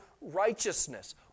righteousness